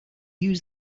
use